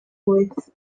wyth